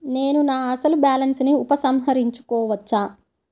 నేను నా అసలు బాలన్స్ ని ఉపసంహరించుకోవచ్చా?